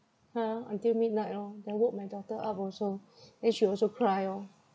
!huh! until midnight lor then woke my daughter up also then she also cry orh